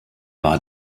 war